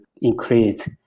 increase